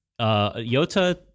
Yota